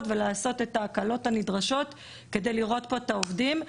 ולעשות את ההקלות הנדרשות כדי לראות פה את העובדים.